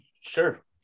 sure